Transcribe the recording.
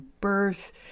birth